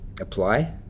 apply